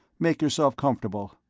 make yourself comfortable.